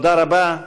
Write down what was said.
תודה רבה.